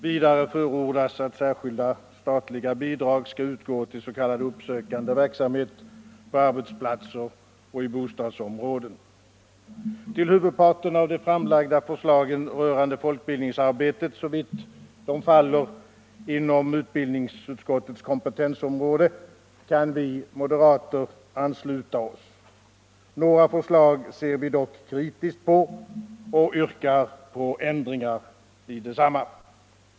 Vidare förordas att särskilda statliga bidrag skall utgå till s.k. uppsökande verksamhet på arbetsplatser och i bostadsområden. Till huvudparten av de framlagda förslagen rörande folkbildningsarbetet, såvitt de faller inom utbildningsutskottets kompetensområde, kan vi moderater ansluta oss. Några förslag ser vi dock kritiskt på och yrkar ändringar i desamma.